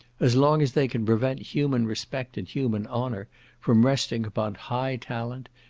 as long as they can prevent human respect and human honour from resting upon high talent,